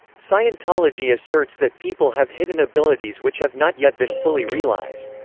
scientology asserts that people have hidden abilities which have not yet been fully realized.